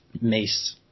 mace